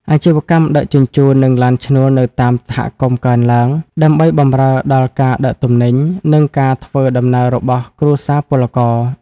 អាជីវកម្មដឹកជញ្ជូន និងឡានឈ្នួលនៅតាមសហគមន៍កើនឡើង ដើម្បីបម្រើដល់ការដឹកទំនិញ និងការធ្វើដំណើររបស់គ្រួសារពលករ។